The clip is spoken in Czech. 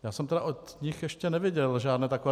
Já jsem od nich ještě neviděl žádné takové.